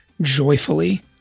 joyfully